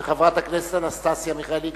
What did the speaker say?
וחברת הכנסת אנסטסיה מיכאלי,